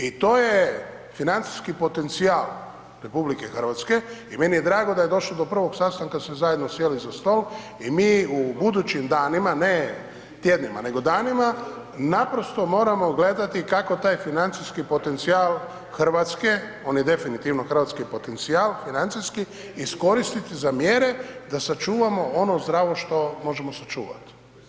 I to je financijski potencijal RH i meni je drago da je došlo do prvog sastanka da smo zajedno sjeli za stol i mi u budućim danima, ne tjednima nego danima naprosto moramo gledati kako taj financijski potencijal RH, on je definitivno hrvatski potencijal financijski, iskoristiti za mjere da sačuvamo ono zdravo što možemo sačuvat.